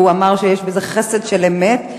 הוא אמר שיש בזה חסד של אמת,